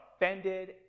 offended